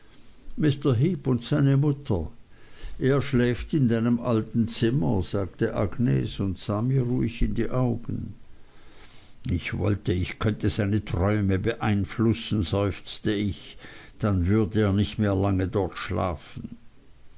und seine mutter er schläft in deinem alten zimmer sagte agnes und sah mir ruhig in die augen ich wollte ich könnte seine träume beeinflussen seufzte ich dann würde er nicht mehr lang dort schlafen